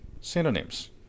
Synonyms